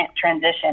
transition